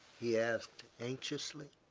he asked, anxiously.